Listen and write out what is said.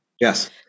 Yes